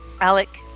Alec